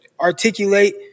articulate